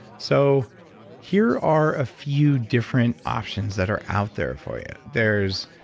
so here are a few different options that are out there for you there's,